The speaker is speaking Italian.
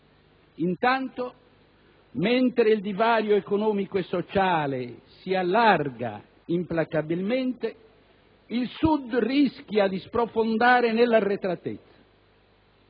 Intanto, mentre il divario economico e sociale si allarga implacabilmente, il Sud rischia di sprofondare nell'arretratezza: